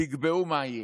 תקבעו מה יהיה.